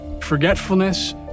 forgetfulness